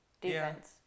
Defense